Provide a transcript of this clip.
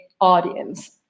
audience